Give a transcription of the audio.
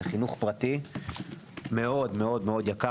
זה חינוך פרטי ממאוד-אוד יקר.